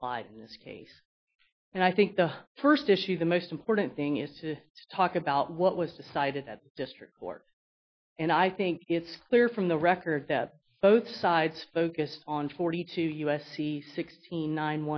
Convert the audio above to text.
applied in this case and i think the first issue the most important thing is to talk about what was decided that district court and i think it's clear from the record that both sides focused on forty two u s c sixteen nine